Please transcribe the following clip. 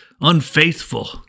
unfaithful